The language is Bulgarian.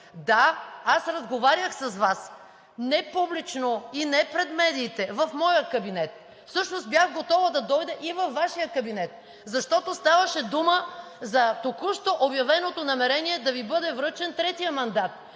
Да, аз разговарях с Вас не публично и не пред медиите, в моя кабинет, всъщност бях готова да дойда и във Вашия кабинет, защото ставаше дума за току-що обявеното намерение да Ви бъде връчен третият мандат.